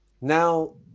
Now